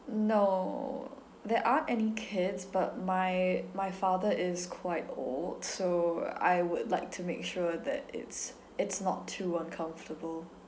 no there aren't any kids but my my father is quite old so I would like to make sure that it's it's not too uncomfortable